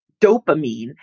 dopamine